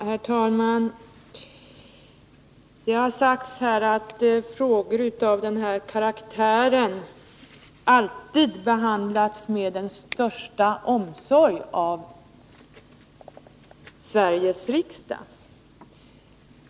Herr talman! Det har sagts att frågor av denna karaktär alltid behandlats med den största omsorg av Sveriges riksdag.